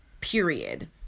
Period